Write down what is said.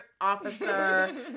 officer